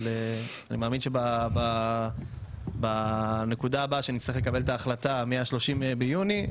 אני מאמין שבנקודה הבאה כשנצטרך לקבל את ההחלטה מה-30 ביוני,